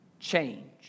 change